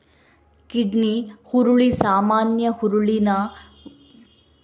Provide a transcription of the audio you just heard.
kidney ಹುರುಳಿ ಸಾಮಾನ್ಯ ಹುರುಳಿನ ವೈವಿಧ್ಯವಾಗಿದ್ದು ಮಾನವನ ಮೂತ್ರಪಿಂಡವನ್ನು ಹೋಲುತ್ತದೆ